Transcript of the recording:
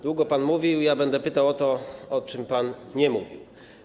Długo pan mówił, ale ja będę pytał o to, o czym pan nie mówił.